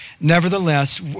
Nevertheless